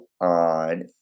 on